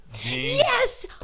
Yes